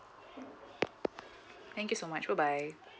thank you so much bye bye